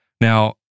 Now